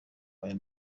aya